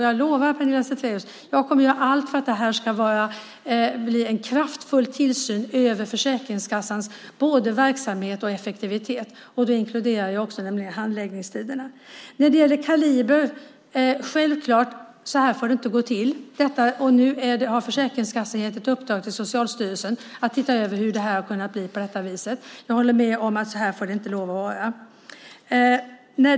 Jag lovar, Pernilla Zethraeus, att jag kommer att göra allt för att det här ska bli en kraftfull tillsyn över Försäkringskassans verksamhet och effektivitet. Det inkluderar också handläggningstiderna. När det gäller Kaliber får det självklart inte gå till så. Nu har Försäkringskassan gett ett uppdrag till Socialstyrelsen att titta över hur det har blivit så. Jag håller med om att det inte får vara så.